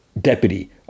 Deputy